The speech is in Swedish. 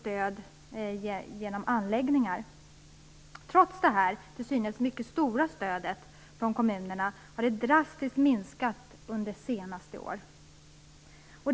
stöd i form av anläggningar. Trots det till synes mycket stora stödet från kommunerna har det minskat drastiskt under de senaste åren.